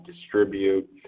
distribute